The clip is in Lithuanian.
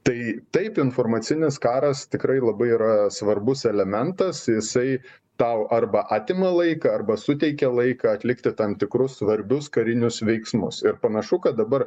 tai taip informacinis karas tikrai labai yra svarbus elementas jisai tau arba atima laiką arba suteikia laiką atlikti tam tikrus svarbius karinius veiksmus ir panašu kad dabar